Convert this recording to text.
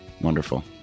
Wonderful